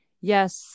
yes